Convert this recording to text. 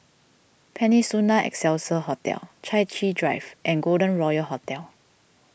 Peninsula Excelsior Hotel Chai Chee Drive and Golden Royal Hotel